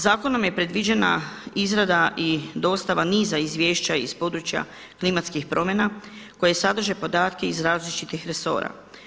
Zakonom je predviđena izrada i dostava niza izvješća iz područja klimatskih promjena koje sadrže podatke iz različitih resora.